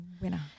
winner